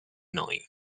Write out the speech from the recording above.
noi